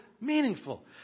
meaningful